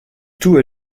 tout